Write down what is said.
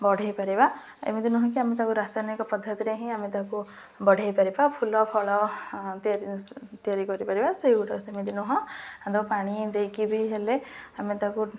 ବଢ଼େଇ ପାରିବା ଏମିତି ନୁହଁ କିି ଆମେ ତାକୁ ରାସାୟନିକ ପଦ୍ଧତିରେ ହିଁ ଆମେ ତାକୁ ବଢ଼େଇ ପାରିବା ଫୁଲ ଫଳ ତିଆରି ତିଆରି କରିପାରିବା ସେଇଗୁଡ଼ା ସେମିତି ନୁହଁ ପାଣି ଦେଇକି ବି ହେଲେ ଆମେ ତାକୁ